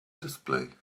display